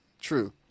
true